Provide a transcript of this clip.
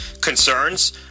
concerns